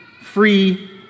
free